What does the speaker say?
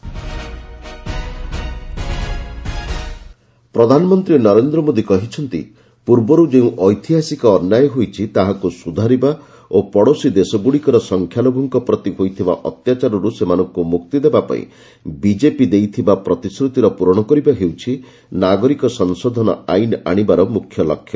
PM NCC ପ୍ରଧାନମନ୍ତ୍ରୀ ନରେନ୍ଦ୍ର ମୋଦୀ କହିଛନ୍ତି ପୂର୍ବରୁ ଯେଉଁ ଐତିହାସିକ ଅନ୍ୟାୟ ହୋଇଛି ତାହାକୁ ସୁଧାରିବା ଓ ପଡ଼ୋଶୀ ଦେଶଗୁଡ଼ିକର ସଂଖ୍ୟାଲଘୁଙ୍କ ପ୍ରତି ହୋଇଥିବା ଅତ୍ୟାଚାରରୁ ସେମାନଙ୍କୁ ମୁକ୍ତି ଦେବା ପାଇଁ ବିଜେପି ଦେଇଥିବା ପ୍ରତିଶ୍ରୁତିର ପୂରଣ କରିବା ହେଉଛି ନାଗରିକ ସଂଶୋଧନ ଆଇନ୍ ଆଶିବାର ମୁଖ୍ୟ ଲକ୍ଷ୍ୟ